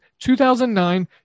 2009